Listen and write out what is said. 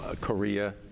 Korea